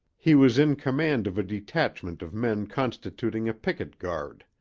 he was in command of a detachment of men constituting a picket-guard.